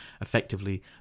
Effectively